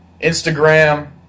Instagram